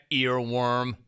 earworm